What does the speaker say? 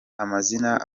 amazina